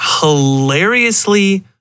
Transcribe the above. hilariously